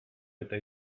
eta